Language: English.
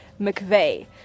McVeigh